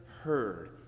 heard